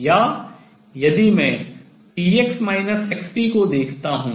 या यदि मैं px xp को देखता हूँ